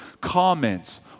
comments